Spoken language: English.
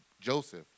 Joseph